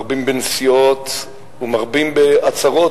מרבים בנסיעות ומרבים בהצהרות,